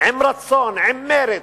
עם רצון, עם מרץ,